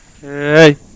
Hey